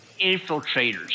infiltrators